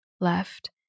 left